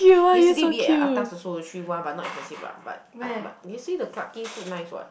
yesterday we ate at atas also but not expensive ah but uh but you say the Clarke Quay food nice [what]